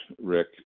Rick